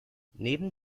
neben